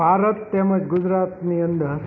ભારત તેમ જ ગુજરાતની અંદર